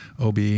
OB